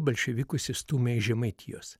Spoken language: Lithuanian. bolševikus išstūmė iš žemaitijos